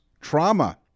trauma